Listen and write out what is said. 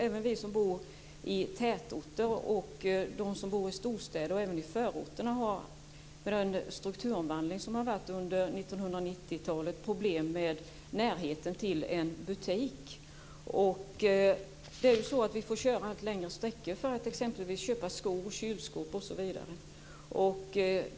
Även de som bor i tätorter och de som bor i storstäder och i förorter har med tanke på strukturomvandlingen under 1990-talet fått problem med närheten till en butik. Vi får köra allt längre sträckor för att kunna köpa skor, kylskåp osv.